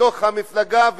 לתוך המפלגה,